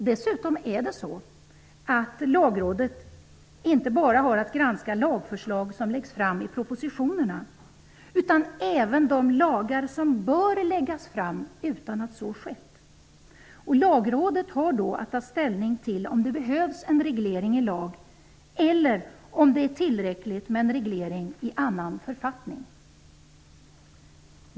Dessutom har inte Lagrådet bara att granska lagförslag som läggs fram i propositionerna utan även de lagar som bör läggas fram utan att så skett. Lagrådet har då att ta ställning till om det behövs en reglering i lag eller om det är tillräckligt med en reglering i annan författning.